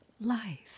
life